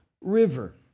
River